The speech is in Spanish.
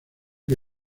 que